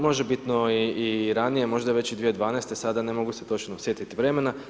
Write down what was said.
Možebitno i ranije, možda već i 2012. sada ne mogu se točno sjetiti vremena.